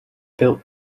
built